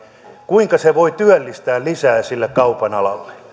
kuinka se voi työllistää lisää sille kaupan alalle tämä